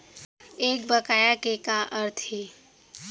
एक बकाया के का अर्थ हे?